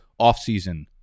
offseason